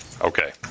Okay